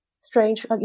strange